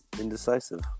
indecisive